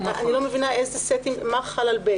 אני לא מבינה מה חל על סעיף קטן (ב),